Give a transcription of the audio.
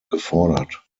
gefordert